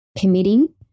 committing